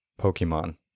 Pokemon